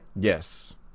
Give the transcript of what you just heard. Yes